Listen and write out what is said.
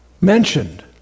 mentioned